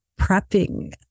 prepping